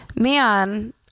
Man